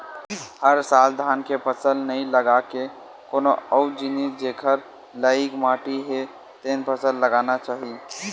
हर साल धान के फसल नइ लगा के कोनो अउ जिनिस जेखर लइक माटी हे तेन फसल लगाना चाही